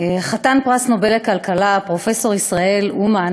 חתן פרס נובל לכלכלה פרופסור ישראל אומן,